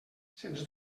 sens